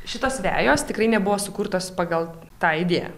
šitos vejos tikrai nebuvo sukurtos pagal tą idėją